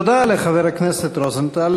תודה לחבר הכנסת רוזנטל.